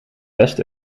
west